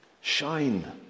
shine